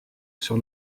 sur